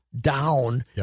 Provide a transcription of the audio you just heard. down